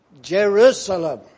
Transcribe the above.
Jerusalem